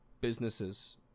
businesses